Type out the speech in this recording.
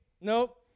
Nope